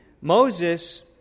Moses